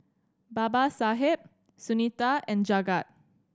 Babasaheb Sunita and Jagat